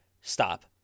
stop